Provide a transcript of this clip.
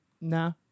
Nah